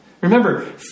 Remember